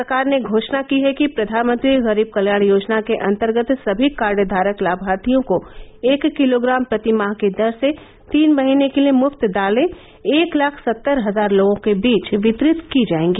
सरकार ने घोषणा की है कि प्रधानमंत्री गरीब कल्याण योजना के अंतर्गत सभी कार्ड धारक लामार्थियों को एक किलो ग्राम प्रति माह की दर से तीन महीने के लिए मुफ्त दालें एक लाख सत्तर हजार लोगों के बीच वितरित की जाएगी